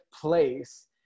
place